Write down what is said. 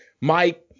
mike